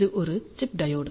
இது ஒரு chip diode